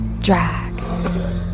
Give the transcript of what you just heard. drag